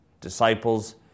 Disciples